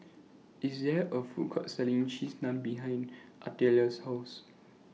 There IS A Food Court Selling Cheese Naan behind Artelia's House